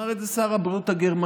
אמר את זה שר הבריאות הגרמני,